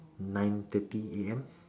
nine thirty A_M